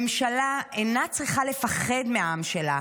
ממשלה אינה צריכה לפחד מהעם שלה,